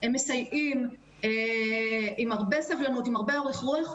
עם הרבה סבלנות והרבה אורח רוח.